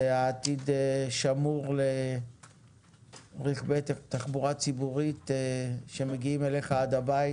והעתיד שמור לרכבי תחבורה ציבורית שמגיעים אליך עד הבית